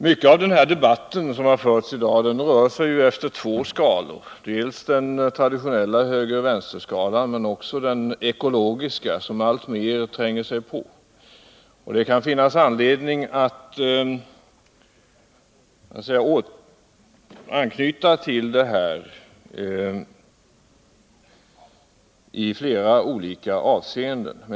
Mycket av den debatt som förts i dag har rört sig efter två skalor, dels den traditionella höger-vänsterskalan, dels den ekologiska, som alltmer tränger sig på. Det kan finnas anledning att anknyta till detta i flera olika avseenden.